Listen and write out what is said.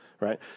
right